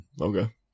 Okay